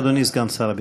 אדוני סגן שר הביטחון.